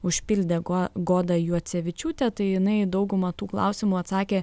užpildė guo goda juocevičiūtė tai jinai į daugumą tų klausimų atsakė